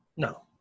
No